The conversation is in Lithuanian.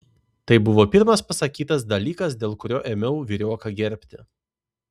tai buvo pirmas pasakytas dalykas dėl kurio ėmiau vyrioką gerbti